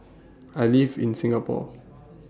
I live in Singapore